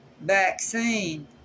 vaccine